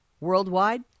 Worldwide